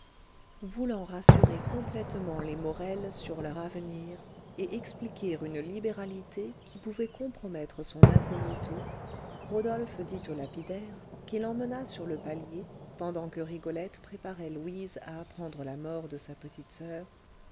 voulant rassurer complètement les morel sur leur avenir et expliquer une libéralité qui pouvait compromettre son incognito rodolphe dit au lapidaire qu'il emmena sur le palier pendant que rigolette préparait louise à apprendre la mort de sa petite soeur